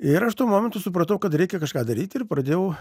ir aš tuo momentu supratau kad reikia kažką daryti ir pradėjau